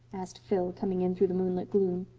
asked phil, coming in through the moonlit gloom.